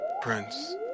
Prince